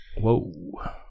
Whoa